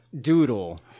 doodle